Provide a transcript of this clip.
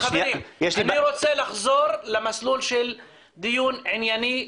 חברים, אני רוצה לחזור למסלול של דיון ענייני.